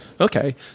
Okay